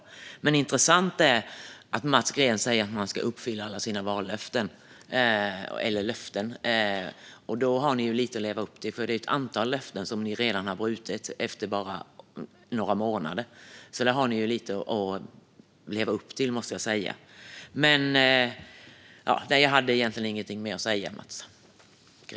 Men det är intressant att Mats Green säger att man ska uppfylla alla sina löften. Då har ni lite att leva upp till, för det är ett antal löften som ni redan har brutit efter bara några månader.